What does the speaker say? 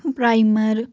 primer